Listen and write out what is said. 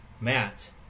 matt